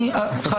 אני אגיד לך,